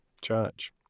church